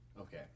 okay